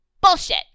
Bullshit